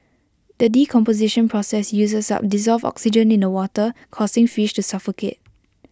the decomposition process uses up dissolved oxygen in the water causing fish to suffocate